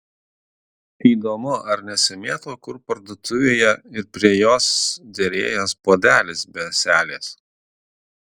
įdomu ar nesimėto kur parduotuvėje ir prie jos derėjęs puodelis be ąselės